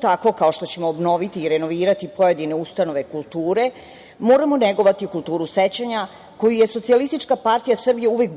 tako kao što ćemo obnoviti i renovirati pojedine ustanove kulture, moramo negovati kulturu sećanja koji je SPS uvek